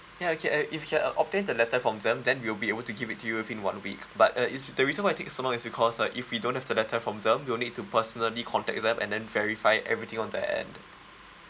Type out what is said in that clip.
ya okay uh if you can uh obtain the letter from them then we'll be able to give it to you within one week but uh is the reason why it take so long is because uh if we don't have the letter from them we will need to personally contact them and then verify everything on their end